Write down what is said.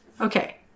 Okay